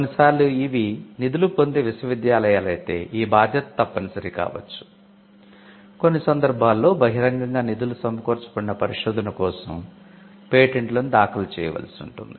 కొన్నిసార్లు ఇవి నిధులు పొందే విశ్వవిద్యాలయాలయితే ఈ బాధ్యత తప్పనిసరి కావచ్చు కొన్ని సందర్భాల్లో బహిరంగంగా నిధులు సమకూర్చబడిన పరిశోధన కోసం పేటెంట్లను దాఖలు చేయవలసి ఉంటుంది